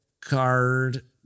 card